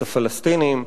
את הפלסטינים,